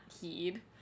heed